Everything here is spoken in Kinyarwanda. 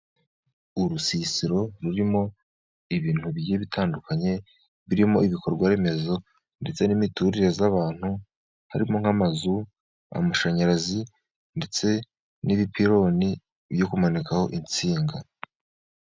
Urusisiro rurimo ibintu bigiye bitandukanye, birimo ibikorwa remezo ndetse n'imiturire y'abantu, harimo nk'amazu, amashanyarazi, ndetse n'ibipironi byo kumanikaho insinga.